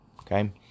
okay